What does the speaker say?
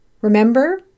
Remember